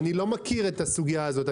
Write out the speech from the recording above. אני לא מכיר את הסוגיה הזאת.